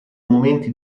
momenti